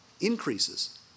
increases